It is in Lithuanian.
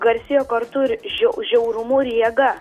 garsėjo kartu ir žiau žiaurumu ir jėga